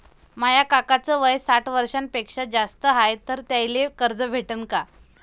माया काकाच वय साठ वर्षांपेक्षा जास्त हाय तर त्याइले कर्ज भेटन का?